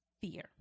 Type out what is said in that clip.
fear